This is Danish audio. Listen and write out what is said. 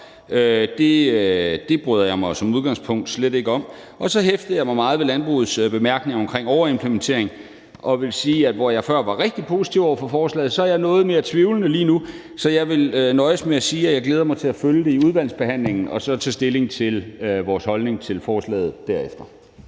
Det bryder jeg mig jo som udgangspunkt slet ikke om. Og så hæftede jeg mig meget ved landbrugets bemærkninger om overimplementering, og jeg vil sige, at hvor jeg før var rigtig positiv over for forslaget, er jeg noget mere tvivlende lige nu. Så jeg vil nøjes med at sige, at jeg glæder mig til at følge det i udvalgsbehandlingen og så tage stilling til vores holdning til forslaget derefter.